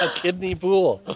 ah kidney pool!